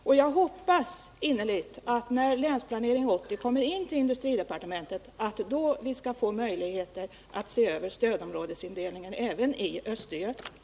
Jag hoppas innerligt att det, när Länsplanering 80 kommer in till industridepartementet, skall vara möjligt att se över stödområdesindelningen | även i Östergötland.